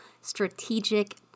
strategic